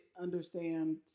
understand